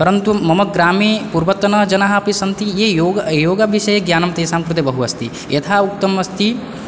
परन्तु मम ग्रामे पुर्वतनजनाः अपि सन्ति ये योग योगविषये ज्ञानं तेषां कृते बहु अस्ति यथा उक्तम् अस्ति